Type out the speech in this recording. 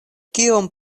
kiom